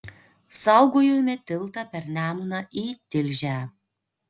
saugojome tiltą per nemuną į tilžę